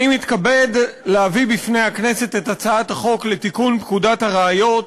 אני מתכבד להביא בפני הכנסת את הצעת החוק לתיקון פקודת הראיות